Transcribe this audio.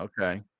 Okay